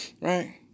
right